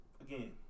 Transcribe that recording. again